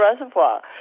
Reservoir